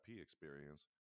experience